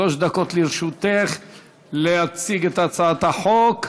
שלוש דקות לרשותך להציג את הצעת החוק.